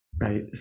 right